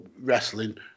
wrestling